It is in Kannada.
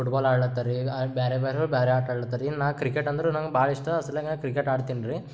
ಫುಟ್ಬಾಲ್ ಆಡ್ಲತ್ತರಿ ಈಗ ಬೇರೆ ಬೇರೆರು ಬೇರೆ ಆಟಾಡ್ಲತ್ತರಿ ನಾ ಕ್ರಿಕೆಟ್ ಅಂದ್ರೆ ನಂಗೆ ಭಾಳ ಇಷ್ಟ ಅಸಲ್ಯಾಗ ನಾ ಕ್ರಿಕೆಟ್ ಆಡ್ತೀನಿ ರಿ